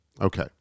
okay